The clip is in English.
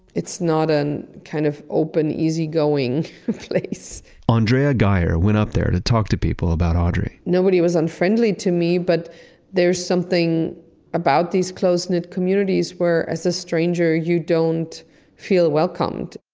it's not a kind of open easy going place andrea geyer went up there to talk to people about audrey. nobody was unfriendly to me, but there's something about these close knit communities where as a stranger, you don't feel welcomed.